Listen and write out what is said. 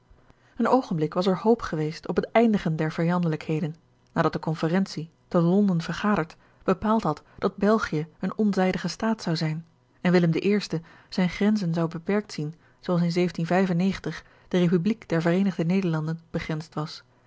een oogenblik was er hoop geweest op het eindigen der vijandelijkheden nadat de conferentie te londen vergaderd bepaald had dat belgië een onzijdige staat zou zijn en willem i zijne grenzen zou beperkt zien zooals in de republiek der vereenigde nederlanden begrensd was